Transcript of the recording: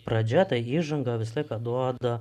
pradžia ta įžanga visą laiką duoda